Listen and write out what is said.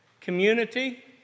community